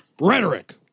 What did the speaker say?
Rhetoric